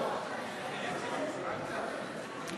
העונשין (תיקון,